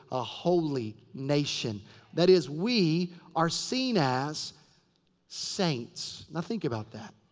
a holy nation that is, we are seen as saints. now think about that.